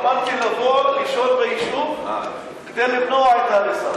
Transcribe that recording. אמרתי לבוא לשהות ביישוב כדי למנוע את ההריסה.